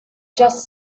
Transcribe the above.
just